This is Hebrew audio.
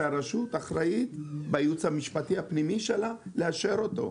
שהרשות אחראית בייעוץ המשפטי הפנימי שלה לאשר אותו.